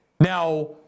Now